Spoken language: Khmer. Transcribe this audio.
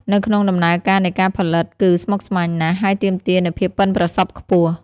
នៅក្នុងដំណើរការនៃការផលិតគឺស្មុគស្មាញណាស់ ហើយទាមទារនូវភាពប៉ិនប្រសប់ខ្ពស់។